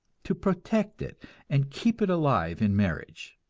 to protect it and keep it alive in marriage.